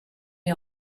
est